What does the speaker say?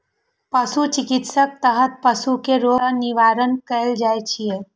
पशु चिकित्साक तहत पशु कें रोग सं निवारण कैल जाइ छै